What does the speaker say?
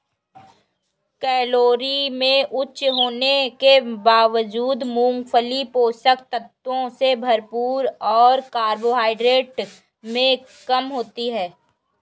calorie में उच्च होने के बावजूद, मूंगफली पोषक तत्वों से भरपूर और कार्बोहाइड्रेट में कम होती है